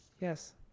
Yes